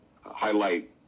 highlight